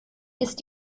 ist